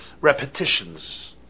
repetitions